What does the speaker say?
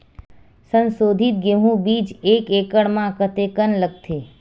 संसोधित गेहूं बीज एक एकड़ म कतेकन लगथे?